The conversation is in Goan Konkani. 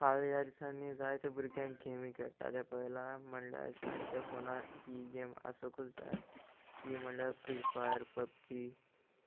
हांवें ह्या दिसांनी जायते भुरग्यांक गेमी खेळटा तें पळयलां म्हणल्यार तांच्या फोनार ही गेम आसुकूंच जाय ती म्हणल्यार फ्री फायर पबजी